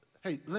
hey